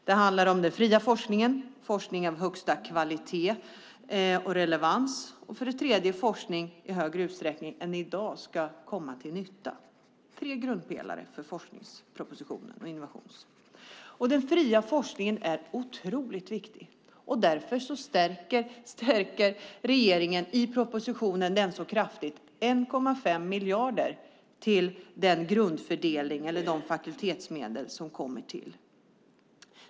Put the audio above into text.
Det handlar om den fria forskningen, forskning av högsta kvalitet och relevans samt att forskning i större utsträckning än i dag ska komma till nytta. Det är tre grundpelare för forsknings och innovationspropositionen. Den fria forskningen är otroligt viktig, och därför stärker regeringen den så kraftigt i propositionen. Det är 1,5 miljarder till den grundfördelning eller de fakultetsmedel som kommer till.